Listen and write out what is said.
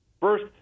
First